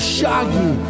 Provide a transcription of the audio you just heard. Shaggy